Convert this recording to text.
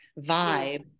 vibe